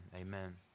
Amen